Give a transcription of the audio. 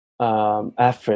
Effort